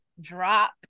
drop